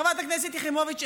חברת הכנסת יחימוביץ,